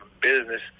business